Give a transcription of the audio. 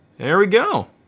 there we go.